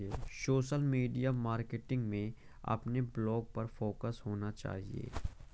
social media marketing में अपने blog पर फोकस होना चाहिए